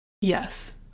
Yes